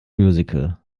musical